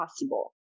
possible